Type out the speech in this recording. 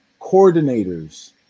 coordinators